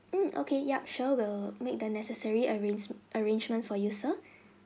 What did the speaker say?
mm okay yup sure will make the necessary arrange arrangements for you sir